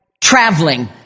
traveling